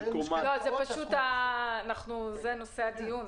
למרות שאני נותן כבוד לנושא הכספומטים --- אבל זה נושא הדיון.